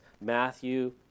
Matthew